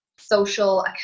social